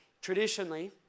traditionally